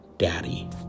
Daddy